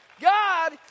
God